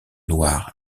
noir